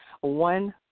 one